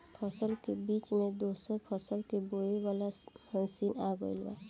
फसल के बीच मे दोसर फसल के बोवे वाला मसीन आ गईल बा